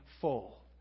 full